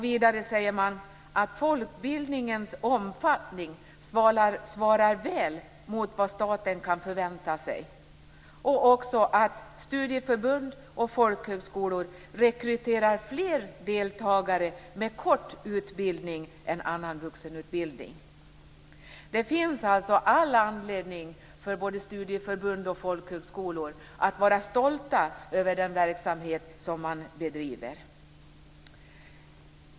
Vidare skriver man "att folkbildningens omfattning svarar väl mot vad staten kan förvänta sig" och att "studieförbund och folkhögskolor rekryterar fler deltagare med kort utbildning än annan vuxenutbildning".Det finns alltså all anledning för både studieförbund och folkhögskolor att vara stolta över den verksamhet som de bedriver.